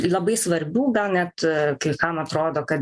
labai svarbių gal net kai kam atrodo kad